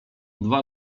dwa